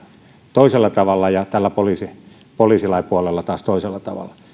toisella tavalla ja tällä poliisilain puolella taas toisella tavalla